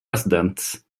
residents